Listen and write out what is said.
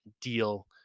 deal